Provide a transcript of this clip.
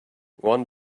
one